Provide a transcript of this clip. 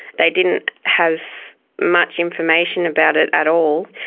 they didn't have much information about it at all.